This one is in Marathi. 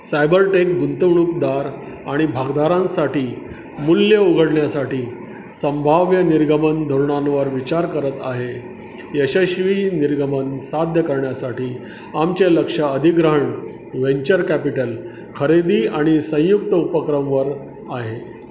सायबर टेक गुंतवणूकदार आणि भागदारांसाठी मूल्य उघडण्यासाठी संभाव्य निर्गमन धोरणांवर विचार करत आहे यशस्वी निर्गमन साध्य करण्यासाठी आमचे लक्ष अधिग्रहण व्हेंचर कॅपिटल खरेदी आणि संयुक्त उपक्रमावर आहे